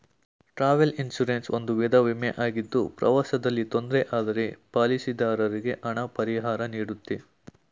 travel insurance ಒಂದು ವಿಧ ವಿಮೆ ಆಗಿದ್ದು ಪ್ರವಾಸದಲ್ಲಿ ತೊಂದ್ರೆ ಆದ್ರೆ ಪಾಲಿಸಿದಾರರಿಗೆ ಹಣ ಪರಿಹಾರನೀಡುತ್ತೆ